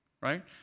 right